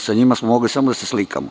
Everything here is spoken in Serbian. Sa njima smo mogli samo da se slikamo.